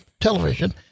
television